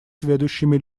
сведущими